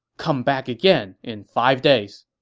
come back again in five days.